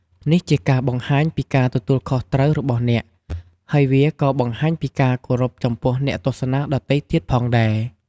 នេះជាការបង្ហាញពីការទទួលខុសត្រូវរបស់អ្នក ហើយវាក៏បង្ហាញពីការគោរពចំពោះអ្នកទស្សនាដទៃទៀតផងដែរ។